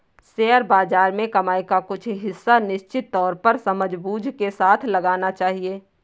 share बाज़ार में कमाई का कुछ हिस्सा निश्चित तौर पर समझबूझ के साथ लगाना चहिये